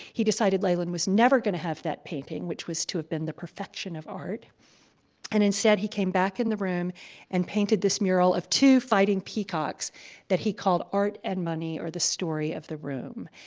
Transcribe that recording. he decided leyland was never going to have that painting which was to have been the perfection of art and instead, he came back in the room and painted this mural of two fighting peacocks that he called art and money or, the story of the room.